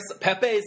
Pepe's